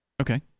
Okay